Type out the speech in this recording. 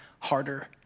Harder